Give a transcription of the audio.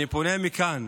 אני פונה מכאן